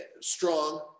strong